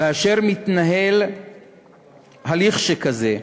כאשר מתנהל הליך שכזה,